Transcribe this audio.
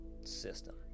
system